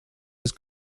his